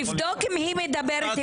עמית, היא לא אמרה שהיא יודעת.